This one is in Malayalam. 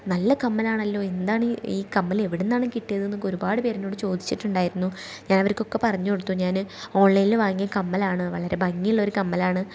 നല്ല കമ്മലാണല്ലോ എന്താണ് ഈ കമ്മൽ എവിടെ നിന്നാണ് കിട്ടിയത് എന്നൊക്കെ ഒരുപാട് പേര് എന്നോട് ചോദിച്ചിട്ടുണ്ടായിരുന്നു ഞാൻ അവർകൊക്കെ പറഞ്ഞു കൊടുത്തു ഞാൻ ഓൺലൈനിൽ വാങ്ങിയ കമ്മലാണ് വളരെ ഭംഗിയുള്ള ഒരു കമ്മലാണ്